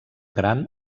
gran